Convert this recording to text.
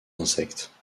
insectes